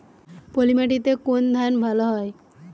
পলিমাটিতে কোন ধান ভালো হয়?